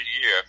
year